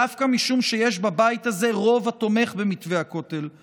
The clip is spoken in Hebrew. דווקא משום שיש בבית הזה רוב התומך במתווה הכותל.